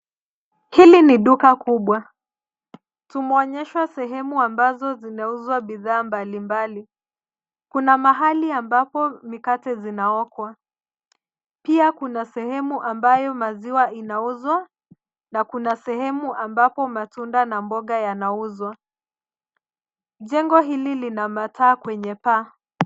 Hili ni duka kubwa. Tumeonyeshwa sehemu ambazo zinauzwa bidhaa mbalimbali. Kuna mahali ambapo mikate zinaokwa. Pia kuna sehemu ambayo maziwa inauzwa na kuna sehemu ambapo matunda na mboga yanauzwa. Jengo hili lina mataa kwenye paa.